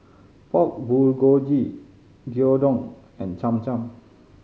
Pork Bulgogi Gyudon and Cham Cham